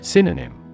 Synonym